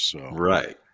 Right